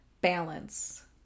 balance